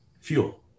fuel